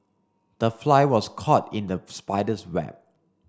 the fly was caught in the spider's web